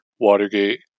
Watergate